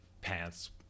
pants